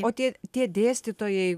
o tie tie dėstytojai